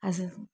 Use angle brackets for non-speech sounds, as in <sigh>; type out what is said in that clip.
<unintelligible>